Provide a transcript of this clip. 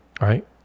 right